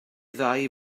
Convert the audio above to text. ddau